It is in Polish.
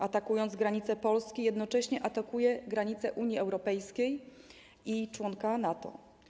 Atakując granice Polski, jednocześnie atakuje granice Unii Europejskiej i członka NATO.